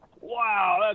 Wow